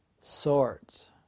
swords